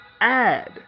add